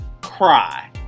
cry